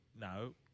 no